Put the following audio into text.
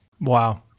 Wow